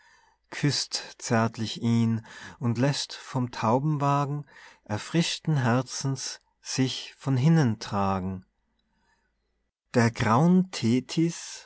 zärtlich ihn und läßt vom taubenwagen erfrischten herzens sich von hinnen tragen der grauen